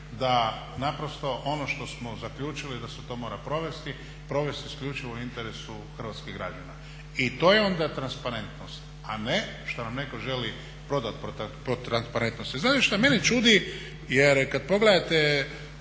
da ono što smo zaključili da se to mora provesti, provesti isključivo u interesu hrvatskih građana. I to je onda transparentnost, a ne što nam netko želi prodati pod transparentnost. I ono što mene čudi jer kada pogledati